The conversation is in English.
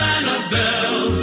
Annabelle